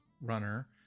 runner